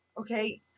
okay